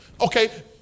okay